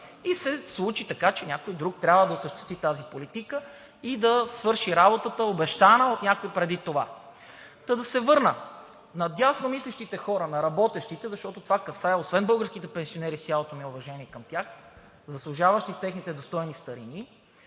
и се случи така, че някой друг трябва да осъществи тази политика и да свърши работата обещана от някой преди това. Да се върна на дясно мислещите хора, на работещите, защото това касае освен българските пенсионери – с цялото ми уважение към тях и заслужаващи достойни старини,